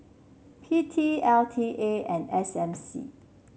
P T L T A and S M C